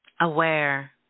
aware